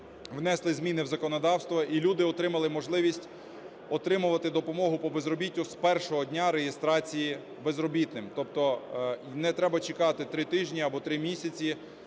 внесли зміни в законодавство, і люди отримали можливість отримувати допомогу по безробіттю з першого дня реєстрації безробітним. Тобто не треба чекати 3 тижні або 3 місяці